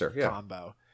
combo